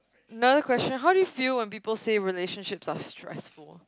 another question how do you feel when people say relationships are stressful